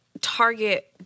target